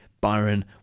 Byron